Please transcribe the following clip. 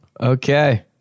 Okay